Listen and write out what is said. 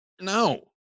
no